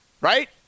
right